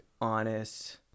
honest